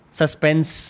suspense